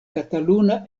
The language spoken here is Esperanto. kataluna